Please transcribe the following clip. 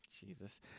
Jesus